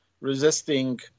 resisting